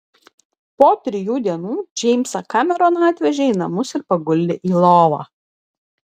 po trijų dienų džeimsą kameroną atvežė į namus ir paguldė į lovą